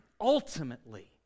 ultimately